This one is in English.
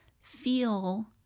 feel